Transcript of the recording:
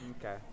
okay